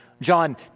John